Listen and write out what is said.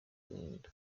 agahinda